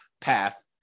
path